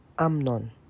Amnon